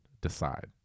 decide